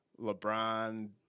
LeBron